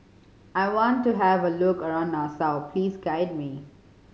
I want to have a look around Nassau please guide me